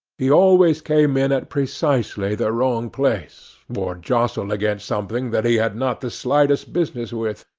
he always came in at precisely the wrong place, or jostled against something that he had not the slightest business with.